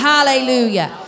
Hallelujah